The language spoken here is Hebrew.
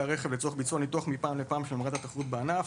הרכב לצורך ביצוע ניתוח מפעם לפעם של רמת התחרותיות בענף.